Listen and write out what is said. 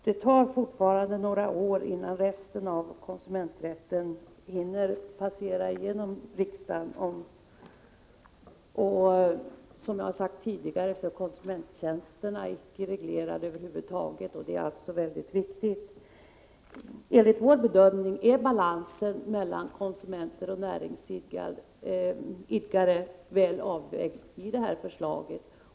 Herr talman! Det tar ännu några år innan resten av konsumenträtten hinner passera igenom riksdagen. Som jag har sagt tidigare är konsumenttjänsterna icke reglerade över huvud taget, och det är viktigt att det blir en reglering här. Enligt vår bedömning är balansen mellan konsumenter och näringsidkare väl avvägd i det här förslaget.